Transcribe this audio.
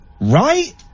Right